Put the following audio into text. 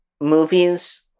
movies